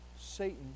Satan